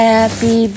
Happy